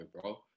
bro